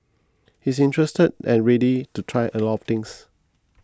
he is interested and ready to try a lot of things